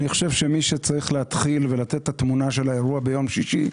אני חושב שמי שצריך להתחיל ולתת את התמונה של האירוע ביום שישי,